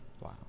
Wow